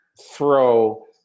throw